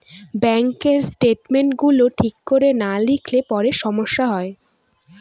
bank statements গুলো ঠিক করে না লিখলে পরে সমস্যা হয়